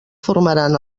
formaran